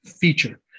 feature